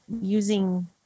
using